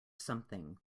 something